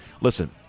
listen